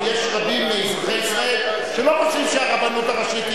כי יש רבים מאזרחי ישראל שלא חושבים שהרבנות הראשית,